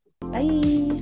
Bye